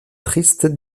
triste